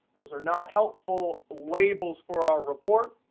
those are not helpful labels for our report.